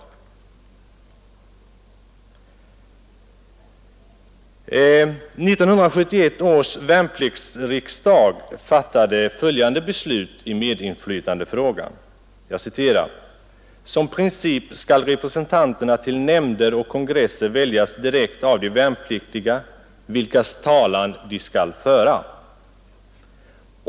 1971 års värnpliktsriksdag fattade följande beslut i medinflytandefrågan: ”Som princip skall representanterna till nämnder och kongresser väljas direkt av de värnpliktiga, vilkas talan de skall föra.